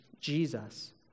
Jesus